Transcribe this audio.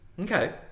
okay